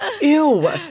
ew